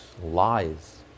lies